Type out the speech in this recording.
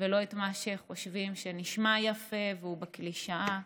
לא מה שחושבים שנשמע יפה והוא קלישאה.